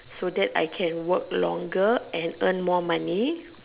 so that I can work longer and earn more money